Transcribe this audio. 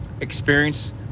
experience